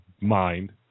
mind